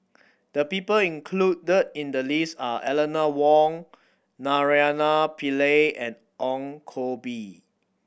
the people included in the list are Eleanor Wong Naraina Pillai and Ong Koh Bee